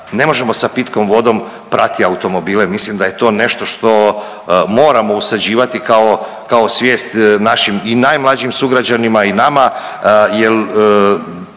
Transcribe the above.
ne možemo sa pitkom vodom prati automobile. Mislim da je to nešto što moramo usađivati kao svijest našim i najmlađim sugrađanima i nama,